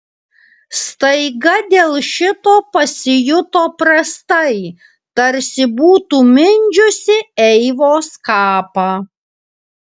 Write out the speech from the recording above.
staiga dėl šito pasijuto prastai tarsi būtų mindžiusi eivos kapą